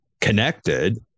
connected